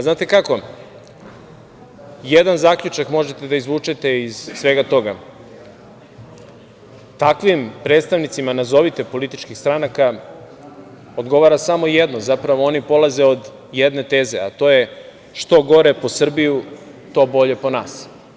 Znate kako, jedan zaključak možete da izvučete iz svega toga, takvim predstavnicima nazovite političkih stranaka odgovara samo jedno, zapravo oni polaze od jedne teze, a to je – što gore po Srbiju, to bolje po nas.